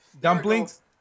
dumplings